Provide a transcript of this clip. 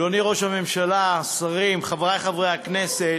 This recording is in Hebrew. את ההנמקה של חבר הכנסת